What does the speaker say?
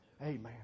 Amen